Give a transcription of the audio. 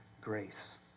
grace